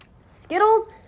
Skittles